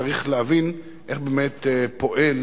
צריך להבין איך באמת פועל